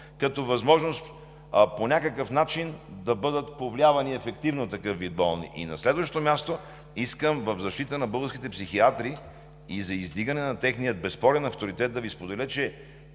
като възможност по някакъв начин да бъдат повлиявани ефективно такъв вид болни. На следващо място, в защита на българските психиатри и за издигане на техния безспорен авторитет искам да Ви споделя, че